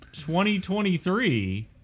2023